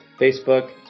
Facebook